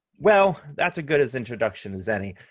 well, that's a good as introduction as any.